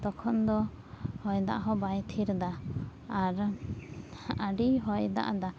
ᱛᱚᱠᱷᱚᱱ ᱫᱚ ᱦᱚᱭᱫᱟᱜ ᱦᱚᱸ ᱵᱟᱭ ᱴᱷᱤᱨ ᱮᱫᱟ ᱟᱨ ᱟᱹᱰᱤ ᱦᱚᱭ ᱫᱟᱜ ᱮᱫᱟ